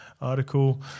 article